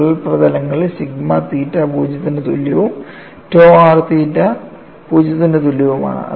വിള്ളൽ പ്രതലങ്ങളിൽ sigma theta 0 ന് തുല്യവും tau r തീറ്റ 0 ന് തുല്യവുമാണ്